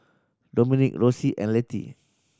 Dominic Rossie and Letty